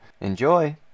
Enjoy